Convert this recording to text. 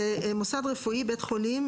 "מוסד רפואי" בית חולים,